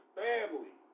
family